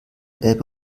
ebbe